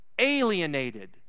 Alienated